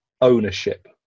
ownership